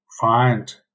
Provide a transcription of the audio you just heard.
find